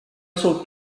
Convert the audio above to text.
sou